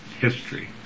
history